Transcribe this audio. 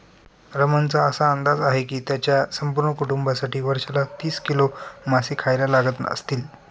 रमणचा असा अंदाज आहे की त्याच्या संपूर्ण कुटुंबासाठी वर्षाला तीस किलो मासे खायला लागत असतील